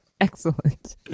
Excellent